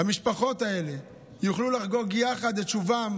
המשפחות האלה יוכלו לחגוג יחד את שובם